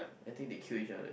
I think they killed each other